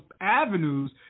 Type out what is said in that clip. avenues